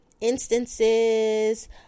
instances